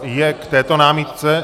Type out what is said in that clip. Je k této námitce?